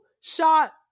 shot